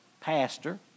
pastor